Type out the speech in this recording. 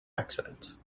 accidents